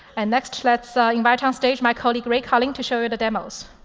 and next, let's invite on stage my colleague ray colline to show you the demos.